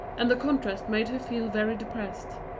and the contrast made her feel very depressed.